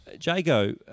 Jago